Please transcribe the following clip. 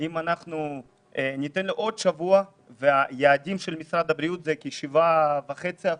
אם אנחנו ניתן עוד שבוע והיעדים של משרד הבריאות הם כ-7.5 אחוזים,